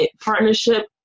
partnership